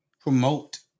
promote